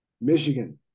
Michigan